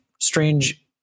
strange